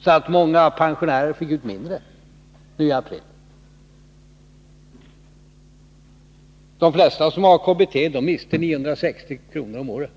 så att många pensionärer fick ut mindre pengar nu i april. De flesta som har KBT mister 960 kr. om året.